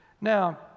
Now